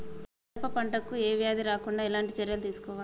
పెరప పంట కు ఏ వ్యాధి రాకుండా ఎలాంటి చర్యలు తీసుకోవాలి?